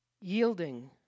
Yielding